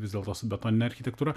vis dėlto su betonine architektūra